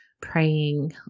praying